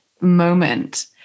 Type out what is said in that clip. moment